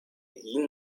ihn